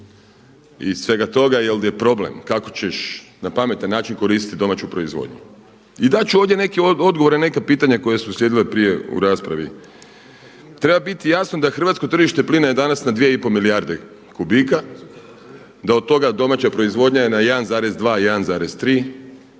Iz svega toga jer je problem kako ćeš na pametan način koristiti domaću proizvodnju. I dat ću ovdje neki odgovor na neka pitanja koja su uslijedila prije u raspravi. Treba biti jasno da hrvatsko tržište plina je danas na dvije i pol milijarde kubika, da od toga domaća proizvodnja je na 1,2, 1,3 i da